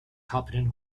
happening